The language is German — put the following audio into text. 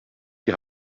die